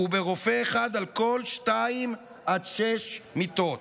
וברופא אחד על כל שתיים עד שש מיטות,